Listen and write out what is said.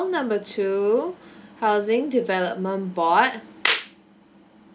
call number two housing development board